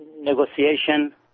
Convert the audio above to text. negotiation